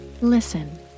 listen